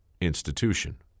institution